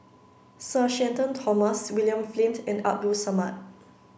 Sir Shenton Thomas William Flint and Abdul Samad